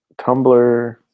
Tumblr